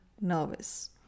nervous